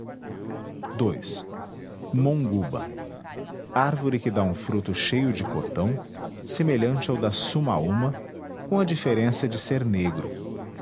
ii monguba árvore que dá um fruto cheio de cotão semelhante ao da sumaúma com a diferença de ser negro